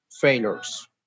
failures